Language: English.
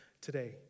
today